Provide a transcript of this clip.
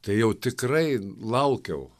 tai jau tikrai laukiau